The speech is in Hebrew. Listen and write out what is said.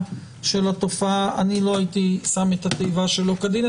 של התופעה אני לא הייתי שם את התיבה "שלא כדין".